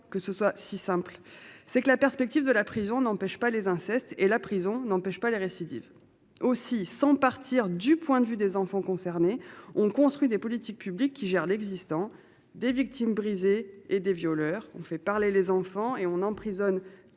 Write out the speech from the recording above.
que ce soit si simple c'est que la perspective de la prison n'empêche pas les insectes et la prison n'empêche pas les récidives aussi sans partir du point de vue des enfants concernés. On construit des politiques publiques qui gère l'existant. Des victimes brisé et des violeurs on fait parler les enfants et on emprisonne